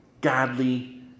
godly